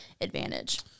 advantage